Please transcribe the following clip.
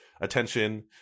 attention